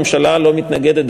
הממשלה לא מתנגדת,